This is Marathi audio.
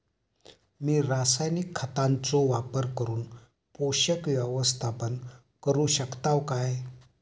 मी रासायनिक खतांचो वापर करून पोषक व्यवस्थापन करू शकताव काय?